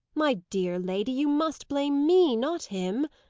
my dear lady, you must blame me, not him,